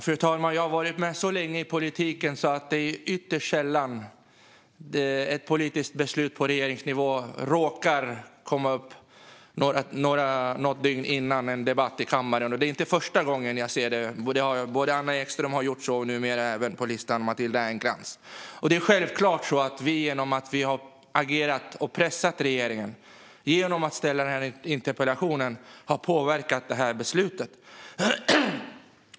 Fru talman! Jag har varit med länge i politiken, och det är ytterst sällan ett politiskt beslut på regeringsnivå råkar komma något dygn före en debatt i kammaren. Det är inte första gången jag ser detta. Anna Ekström har gjort så, och nu är även Matilda Ernkrans med på listan. Det är självklart att vi genom att agera och pressa regeringen och genom att ställa interpellationen har påverkat beslutet.